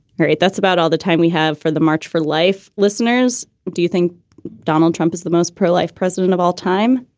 all right. that's about all the time we have for the march for life listeners. do you think donald trump is the most pro-life president of all time?